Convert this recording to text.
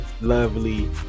lovely